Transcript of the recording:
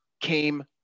came